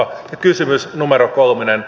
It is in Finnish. ja kysymys numero kolmonen